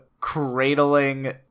cradling